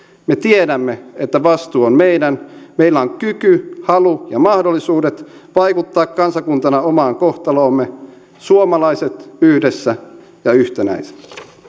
me tiedämme että vastuu on meidän meillä on kyky halu ja mahdollisuudet vaikuttaa kansakuntana omaan kohtaloomme suomalaiset yhdessä ja yhtenäisinä